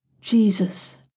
Jesus